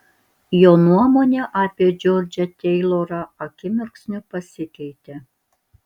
jo nuomonė apie džordžą teilorą akimirksniu pasikeitė